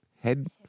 head